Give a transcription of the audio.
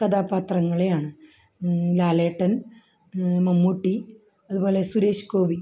കഥാപാത്രങ്ങളെയാണ് ലാലേട്ടൻ മമ്മൂട്ടി അതുപോലെ സുരേഷ് ഗോപി